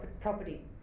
property